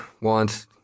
want